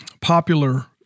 popular